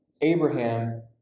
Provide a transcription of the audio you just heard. Abraham